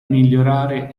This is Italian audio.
migliorare